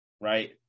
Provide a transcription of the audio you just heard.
right